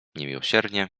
niemiłosiernie